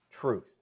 truth